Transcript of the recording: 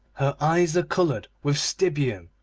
eyes are coloured with stibium,